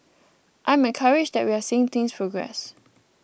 I'm encouraged that we're seeing things progress